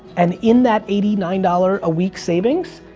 and in that eighty nine dollar a week savings,